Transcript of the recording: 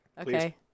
Okay